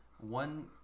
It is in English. one